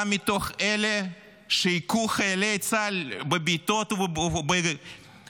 גם מתוך אלה שהכו חיילי צה"ל בבעיטות ובאגרופים.